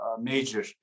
major